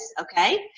okay